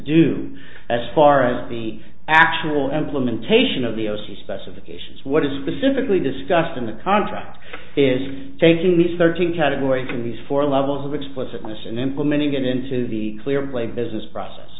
do as far as the actual implementation of the o c specifications what is specifically discussed in the contract is facing these thirteen categories and these four levels of explicitness and implementing it into the clear play business process